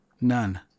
None